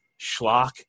schlock